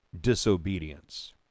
disobedience